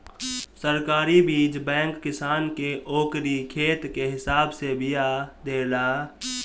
सरकारी बीज बैंक किसान के ओकरी खेत के हिसाब से बिया देला